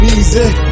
easy